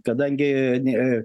kadangi nė